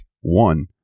one